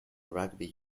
rugby